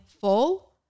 full